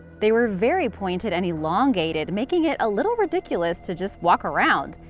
they were very pointy and elongated, making it a little ridiculous to just walk around.